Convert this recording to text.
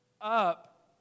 up